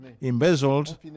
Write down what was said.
embezzled